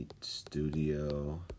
Studio